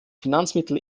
finanzmittel